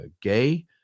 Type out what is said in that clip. gay